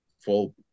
full